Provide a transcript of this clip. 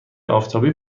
آفتابی